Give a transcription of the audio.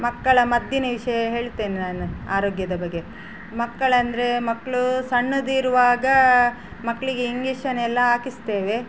ಮಕ್ಕಳ ಮದ್ದಿನ ವಿಷಯ ಹೇಳ್ತೇನೆ ನಾನು ಆರೋಗ್ಯದ ಬಗ್ಗೆ ಮಕ್ಕಳಂದರೆ ಮಕ್ಕಳು ಸಣ್ಣದಿರುವಾಗ ಮಕ್ಕಳಿಗೆ ಇಂಗೇಶನೆಲ್ಲ ಹಾಕಿಸ್ತೇವೆ